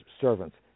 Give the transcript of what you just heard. servants